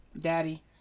Daddy